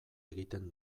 egiten